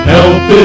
Help